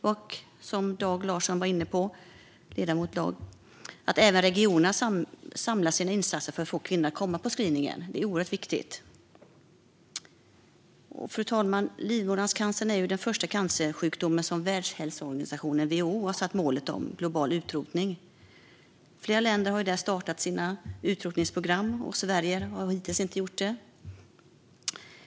Som ledamoten Dag Larsson var inne på bör även regionerna samla sina insatser för att få kvinnor att komma på screening. Det är oerhört viktigt. Fru talman! Livmoderhalscancer är den första cancersjukdom för vilken Världshälsoorganisationen, WHO, har satt global utrotning som mål. Flera länder har därför startat utrotningsprogram. Sverige har hittills inte gjort det.